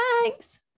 Thanks